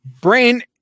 Brain